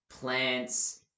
plants